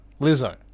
Lizzo